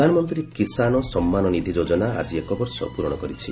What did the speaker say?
ପ୍ରଧାନମନ୍ତ୍ରୀ କିଷାନ ସମ୍ମାନ ନିଧି ଯୋଜନା ଆଜି ଏକବର୍ଷ ପୂରଣ କରିଛି